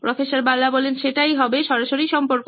প্রফ্ বালা সেটাই হবে সরাসরি সম্পর্ক